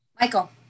Michael